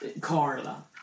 Carla